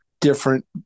different